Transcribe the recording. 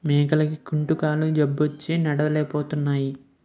మేకలకి కుంటుకాలు జబ్బొచ్చి నడలేపోతున్నాయి